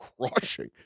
crushing